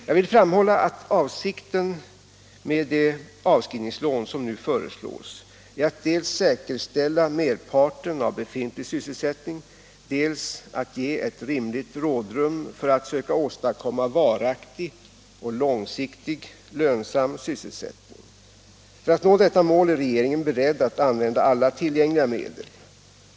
Jag vill framhålla att avsikten med det avskrivningslån som nu föreslås är att dels säkerställa merparten av befintlig sysselsättning, dels ge ett rimligt rådrum för att söka åstadkomma varaktig och långsiktigt lönsam sysselsättning. För att nå detta mål är regeringen beredd att använda alla tillgängliga medel.